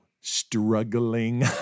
Struggling